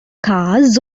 cars